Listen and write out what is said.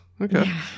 okay